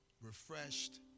refreshed